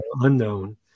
Unknown